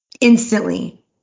Instantly